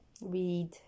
Weed